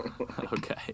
Okay